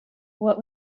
what